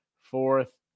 fourth